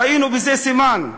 ראינו בזה סימן.